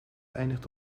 eindigt